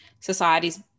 society's